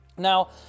Now